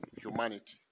humanity